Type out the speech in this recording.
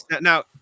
now